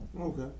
Okay